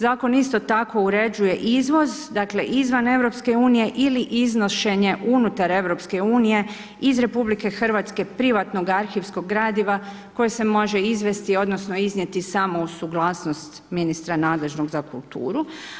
Zakon isto tako uređuje izvoz, dakle izvan EU ili iznošenje unutar EU iz RH privatnog arhivskog gradiva koji se može izvesti odnosno iznijeti samo uz suglasnost ministra nadležnog za kulturu.